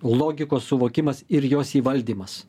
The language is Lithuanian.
logikos suvokimas ir jos įvaldymas